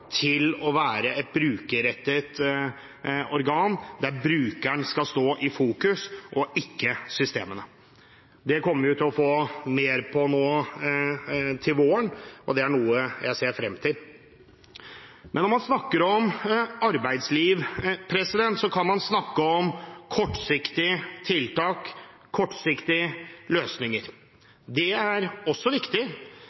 til å være et brukerrettet organ der brukeren skal stå i fokus – og ikke systemene. Det kommer vi til å få mer på nå til våren, og det er noe jeg ser frem til. Når man snakker om arbeidsliv, kan man snakke om kortsiktige tiltak og kortsiktige løsninger. Det er også viktig,